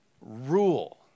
rule